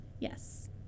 Yes